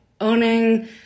owning